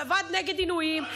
של הוועד נגד עינויים,